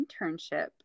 internship